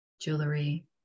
jewelry